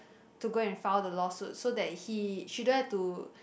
to go and file the law suit so that he she don't have to